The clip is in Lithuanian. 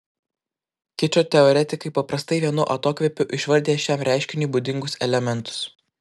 kičo teoretikai paprastai vienu atokvėpiu išvardija šiam reiškiniui būdingus elementus